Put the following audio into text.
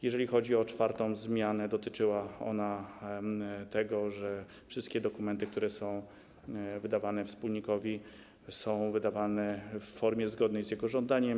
Jeżeli chodzi o czwartą zmianę, dotyczyła ona tego, że wszystkie dokumenty, które są wydawane wspólnikowi, wydawane są w formie zgodnej z jego żądaniem.